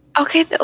Okay